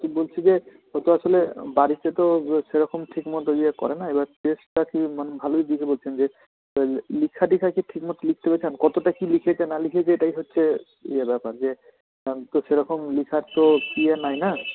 তো বলছি যে ও তো আসলে বাড়িতে তো সেরকম ঠিক মতো ইয়ে করে না এইবার টেস্টটা কি মানে ভালোই দিয়েছে বলছেন যে লিখা টিখা কি ঠিক মতো লিখতে পেরেছেন কতটা কী লিখেছে না লিখেছে এটাই হচ্ছে ইয়ে ব্যাপার যে কারণ ও তো সেরকম লিখার তো ইয়ে নাই না